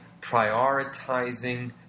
prioritizing